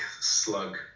slug